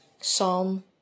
Psalm